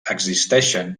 existeixen